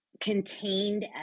contained